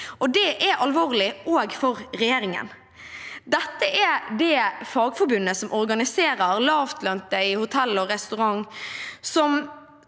Det er alvorlig også for regjeringen. Dette er det fagforbundet som organiserer lavtlønte i hotell- og restaurantbransjen,